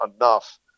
enough